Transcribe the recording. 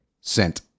Sent